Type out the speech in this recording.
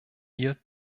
ihr